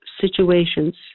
situations